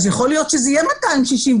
יכול להיות שזה יהיה 264,